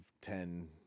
ten